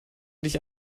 dich